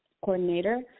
coordinator